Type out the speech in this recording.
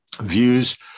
views